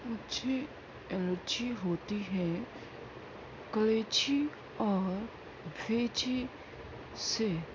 مجھے الرجی ہوتی ہے کلیجی اور بھیجے سے